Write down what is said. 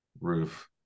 roof